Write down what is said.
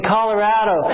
Colorado